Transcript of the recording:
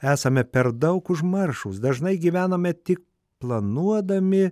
esame per daug užmaršūs dažnai gyvename tik planuodami